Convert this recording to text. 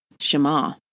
Shema